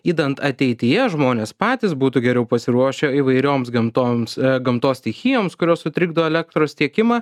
idant ateityje žmonės patys būtų geriau pasiruošę įvairioms gamtoms gamtos stichijoms kurios sutrikdo elektros tiekimą